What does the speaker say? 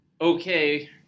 Okay